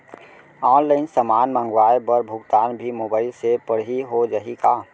Online समान मंगवाय बर भुगतान भी मोबाइल से पड़ही हो जाही का?